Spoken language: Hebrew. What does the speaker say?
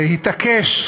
להתעקש,